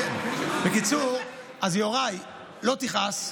בקיצור, יוראי, אל תכעס,